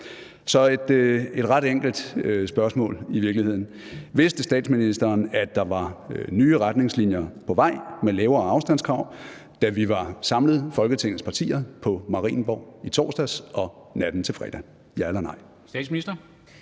noget andet. Så spørgsmålet er i virkeligheden ret enkelt: Vidste statsministeren, at der var nye retningslinjer på vej med lavere afstandskrav, da Folketingets partier var samlet på Marienborg i torsdags og natten til fredag? Ja eller nej.